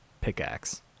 pickaxe